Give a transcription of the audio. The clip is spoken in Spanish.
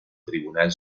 tribunal